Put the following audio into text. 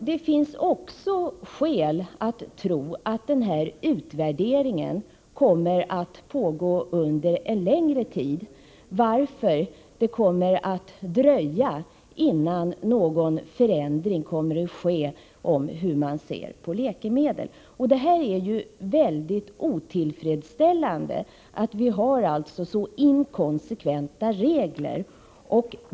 Det finns också skäl att tro att denna utvärdering kommer att pågå under en längre tid, varför det dröjer innan någon förändring kommer att ske i synen på läkemedel. Det är väldigt otillfredsställande att vi har så inkonsekventa regler.